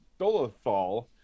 Dolothal